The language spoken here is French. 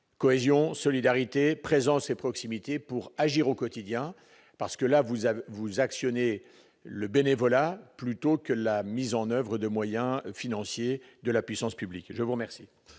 Cohésion, solidarité, présence et proximité pour agir au quotidien : là, vous actionnez le bénévolat plutôt que la mise en oeuvre de moyens financiers de la puissance publique. La parole